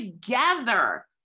together